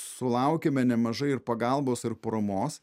sulaukiame nemažai ir pagalbos ir paramos